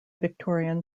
victorian